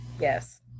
Yes